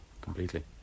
completely